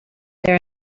there